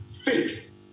faith